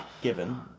given